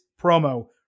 promo